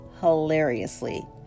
hilariously